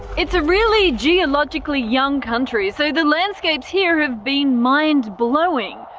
it's a really geologically young country, so the landscapes here have been mind-blowing.